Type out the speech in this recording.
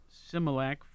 Similac